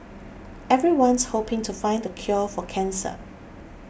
everyone's hoping to find the cure for cancer